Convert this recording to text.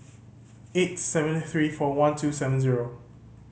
eight seven three four one two seven zero